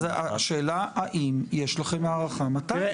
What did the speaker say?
אז השאלה האם יש לכם הערכה מתי?